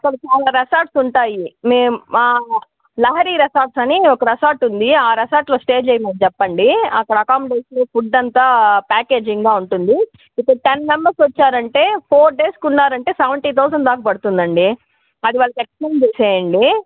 అక్కడ చాలా రెసార్ట్స్ ఉంటాయి మేము మా లహరి రెస్టార్స్ అని ఒక రెసార్ట్ ఉంది ఆ రెసార్ట్లో స్టే చేయమని చెప్పండి అక్కడ అకామిడేషన్ ఫుడ్ అంతా ప్యాకేజింగా ఉంటుంది ఇక టెన్ మెంబెర్స్ వచ్చారంటే ఫోర్ డేస్కి ఉన్నారంటే సెవెంటీ థౌజండ్ దాకా పడుతుంది అది వాళ్ళకి ఎక్స్ప్లెయిన్ చేసేయండి